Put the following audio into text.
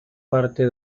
parte